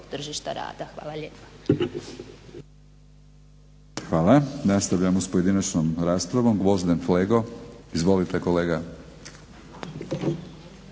Hvala.